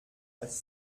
als